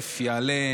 ותכף יעלה,